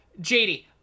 JD